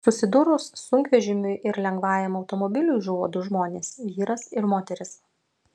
susidūrus sunkvežimiui ir lengvajam automobiliui žuvo du žmonės vyras ir moteris